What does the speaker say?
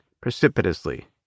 precipitously